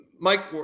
mike